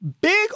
big